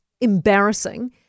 embarrassing